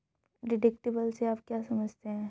Deductible से आप क्या समझते हैं?